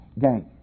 Gang